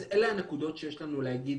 בגדול אלה הנקודות שיש לנו להגיד,